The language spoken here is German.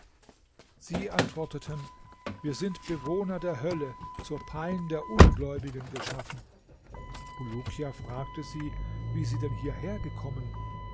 sie antworteten wir sind bewohner der hölle zur pein der ungläubigen geschaffen bulukia fragte sie wie sie denn hierher gekommen